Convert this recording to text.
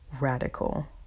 radical